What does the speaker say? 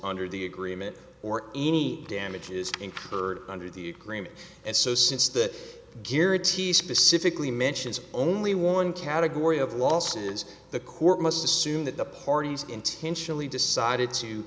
under the agreement or any damages incurred under the agreement and so since that dear its he specifically mentions only one category of losses the court must assume that the parties intentionally decided to